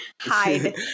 Hide